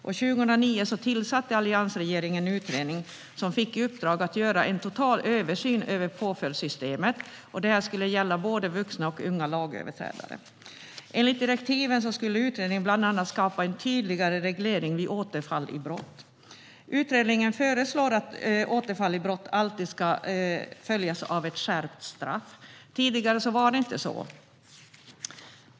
År 2009 tillsatte därför alliansregeringen en utredning som fick i uppdrag att göra en total översyn av påföljdssystemet som skulle gälla både vuxna och unga lagöverträdare. Enligt direktiven skulle utredningen bland annat skapa en tydligare reglering vid återfall i brott. Utredningen föreslår att återfall i brott alltid ska följas av ett skärpt straff. Tidigare var det inte så.